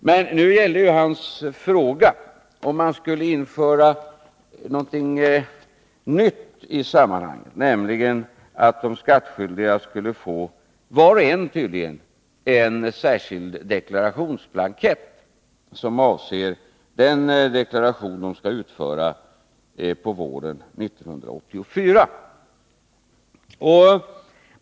Men nu gällde hans fråga huruvida man skulle införa något nytt i sammanhanget, nämligen att de skattskyldiga, var och en tydligen, skulle få en särskild deklarationsblankett som avser den deklaration de skall utföra på våren 1984.